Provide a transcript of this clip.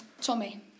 Tommy